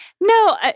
No